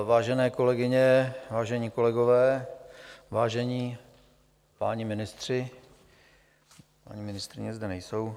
Vážené kolegyně, vážení kolegové, vážení páni ministři paní ministryně zde nejsou.